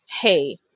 hey